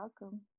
welcome